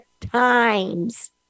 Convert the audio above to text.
times